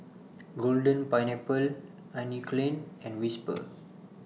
Golden Pineapple Anne Klein and Whisper